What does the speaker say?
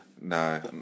No